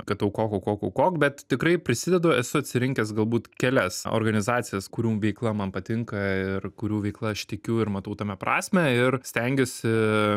kad aukok aukok aukok bet tikrai prisidedu esu atsirinkęs galbūt kelias organizacijas kurių veikla man patinka ir kurių veikla aš tikiu ir matau tame prasmę ir stengiuosi